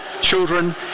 children